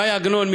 ש"י עגנון,